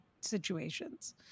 situations